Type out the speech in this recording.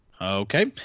okay